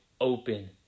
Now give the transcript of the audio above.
open